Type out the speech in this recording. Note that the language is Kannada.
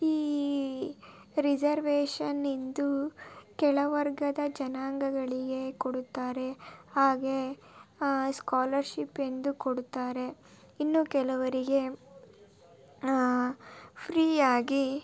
ಈ ರಿಝರ್ವೇಶನ್ನಿಂದು ಕೆಳವರ್ಗದ ಜನಾಂಗಗಳಿಗೆ ಕೊಡುತ್ತಾರೆ ಹಾಗೆ ಸ್ಕಾಲರ್ಶಿಪ್ ಎಂದು ಕೊಡುತ್ತಾರೆ ಇನ್ನೂ ಕೆಲವರಿಗೆ ಫ್ರೀಯಾಗಿ